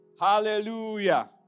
Hallelujah